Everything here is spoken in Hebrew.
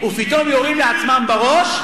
ופתאום יורים לעצמם בראש?